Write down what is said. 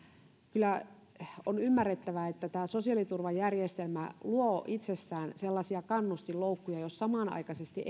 kyllä on ymmärrettävä että tämä sosiaaliturvajärjestelmä luo itsessään kannustinloukkuja jos samanaikaisesti